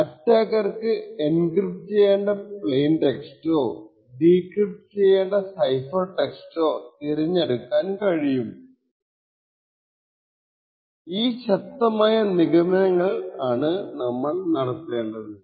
അറ്റാക്കർക്കു എൻക്രിപ്ട് ചെയ്യേണ്ട പ്ലെയിൻ ടെക്സ്റ്റോ ഡീക്രിപ്ട് ചെയ്ത സൈഫർ ടെക്സ്റ്റോ തിരഞ്ഞെടുക്കാൻ കഴിയും എന്ന ശക്തമായ നിഗമനങ്ങൾ നടത്തേടത്തുണ്ട്